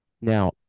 Now